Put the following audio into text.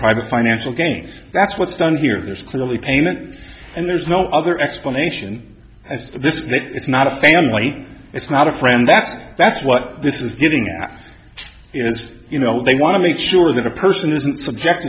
private financial gain that's what's done here there's clearly payment and there's no other explanation as to this that it's not a family it's not a friend that's that's what this is getting at is you know they want to make sure that a person isn't subject